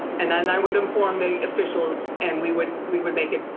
and then i would inform the officials and we would we would make it a